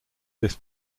this